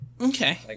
okay